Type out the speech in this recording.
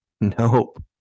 Nope